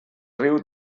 riu